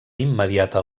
immediata